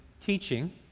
teaching